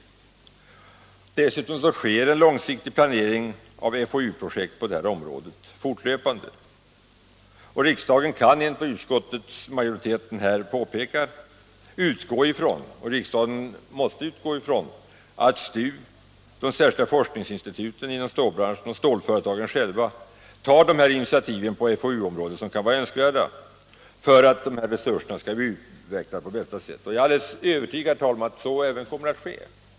Dessutom sker fortlöpande en långsiktig planering av FoU-projekt på detta område. Riksdagen kan, som vi inom utskottsmajoriteten påpekar, utgå från att STU och de särskilda utredningsinstituten inom stålbranschen samt stålföretagen själva tar de initiativ på FoU-området som kan vara önskvärda för att befintliga resurser skall kunna utnyttjas på bästa sätt. Jag är övertygad om, herr talman, att så också kommer att ske.